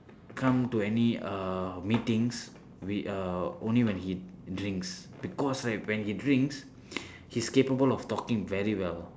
come to any uh meetings with uh only when he drinks because like when he drinks he's capable of talking very well